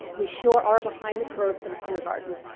we sure are behind the curve on kindergarten